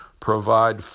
provide